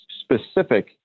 specific